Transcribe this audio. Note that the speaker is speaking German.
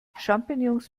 champignons